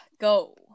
Go